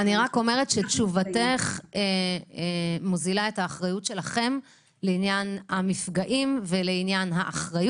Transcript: אני רק אומרת שתשובתך מוזילה את האחריות שלכם לעניין המפגעים והאחריות.